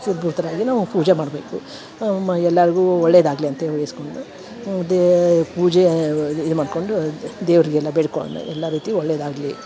ಶುಚಿರ್ಭೂತರಾಗಿ ನಾವು ಪೂಜೆ ಮಾಡಬೇಕು ಮ ಎಲ್ಲಾರಿಗು ಒಳ್ಳೆಯದಾಗ್ಲಿ ಅಂತೇಳಿ ವಹಿಸ್ಕೊಂಡು ಹ್ಞೂ ದೇ ಪೂಜೆ ವ್ ಇದು ಇದು ಮಾಡ್ಕೊಂಡು ದೇವರಿಗೆಲ್ಲ ಬೇಡ್ಕೊಂಡು ಎಲ್ಲ ರೀತಿ ಒಳ್ಳೆಯದಾಗ್ಲಿ